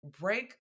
break